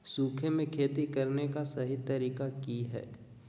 सूखे में खेती करने का सही तरीका की हैय?